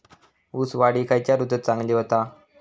ऊस वाढ ही खयच्या ऋतूत चांगली होता?